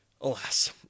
Alas